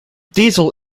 diesel